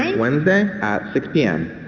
wednesday at six p and